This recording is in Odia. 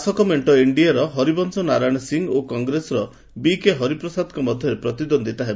ଶାସକ ମେଣ୍ଟ ଏନ୍ଡିଏର ହରିବଂଶ ନାରାୟଣ ସିଂହ ଓ କଂଗ୍ରେସର ବିକେ ହରିପ୍ରସାଦଙ୍କ ମଧ୍ୟରେ ପ୍ରତିଦ୍ୱନ୍ଦିତା ହେବ